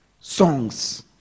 Songs